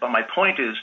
but my point is